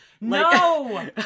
No